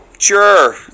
Sure